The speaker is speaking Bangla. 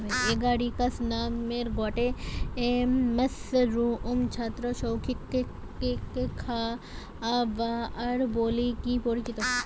এগারিকাস নামের গটে মাশরুম ছত্রাক শৌখিন খাবার বলিকি পরিচিত